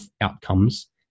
outcomes